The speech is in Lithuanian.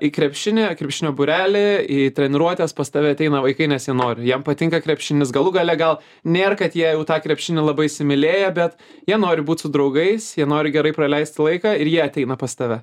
į krepšinį į krepšinio būrelį į treniruotes pas tave ateina vaikai nes jie nori jiem patinka krepšinis galų gale gal nėr kad jie jau tą krepšinį labai įsimylėję bet jie nori būt su draugais jie nori gerai praleisti laiką ir jie ateina pas tave